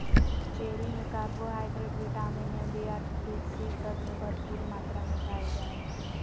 cherry में carbohydrate, vitamin A, B आर C तत्व भरपूर मात्रा में पायल जा हइ